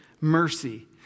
mercy